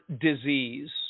disease